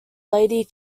lady